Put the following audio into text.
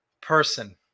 person